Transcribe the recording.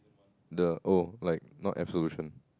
the oh like not absolution